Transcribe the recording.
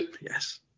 yes